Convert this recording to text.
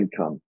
income